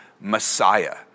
Messiah